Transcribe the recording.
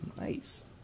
Nice